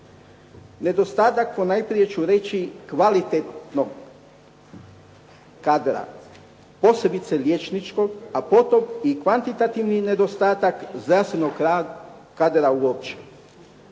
reći kvalitetnog kadra posebice liječničkog, a potom i kvantitativni nedostatak zdravstvenog kadra uopće.